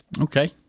Okay